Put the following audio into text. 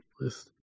list